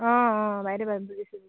অঁ অঁ বাইদেউ বুজিছোঁ